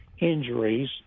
injuries